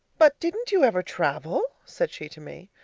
but didn't you ever travel said she to me.